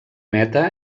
meta